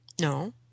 No